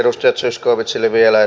arvoisa puhemies